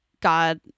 God